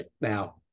now